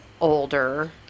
older